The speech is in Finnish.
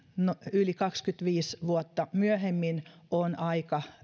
yli kaksikymmentäviisi vuotta myöhemmin on aika